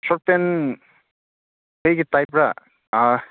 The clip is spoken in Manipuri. ꯁꯣꯔꯠ ꯄꯦꯟ ꯀꯔꯤꯒꯤ ꯇꯥꯏꯞꯂꯥ